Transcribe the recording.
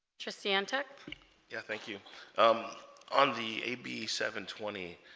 trustee antec yeah thank you um on the a b seven twenty